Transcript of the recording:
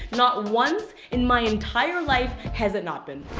not once in my entire life has it not been.